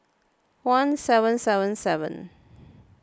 one seven seven seven